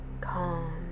calm